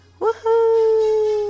Woohoo